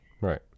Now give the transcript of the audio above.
Right